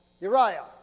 Uriah